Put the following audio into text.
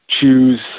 choose